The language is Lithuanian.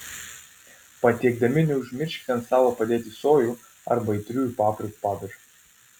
patiekdami neužmirškite ant stalo padėti sojų arba aitriųjų paprikų padažo